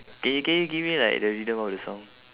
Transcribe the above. can you can you give me like the rhythm of the song